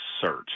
search